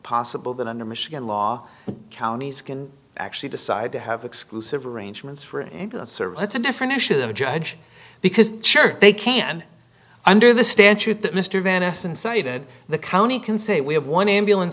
possible that under michigan law counties can actually decide to have exclusive arrangements for a service that's a different issue than a judge because sure they can under the standard that mr van essen cited the county can say we have one ambulance